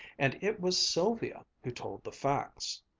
and it was sylvia who told the facts.